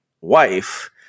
wife